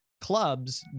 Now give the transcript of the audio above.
clubs